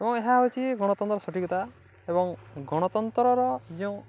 ଏବଂ ଏହା ହେଉଛି ଗଣତନ୍ତ୍ର ସଠିକତା ଏବଂ ଗଣତନ୍ତ୍ରର ଯେଉଁ